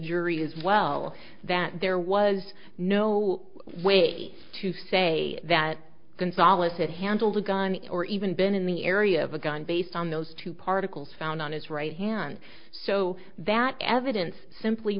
jury as well that there was no way to say that gonzalez it handled a gun or even been in the area of a gun based on those two particles found on his right hand so that evidence simply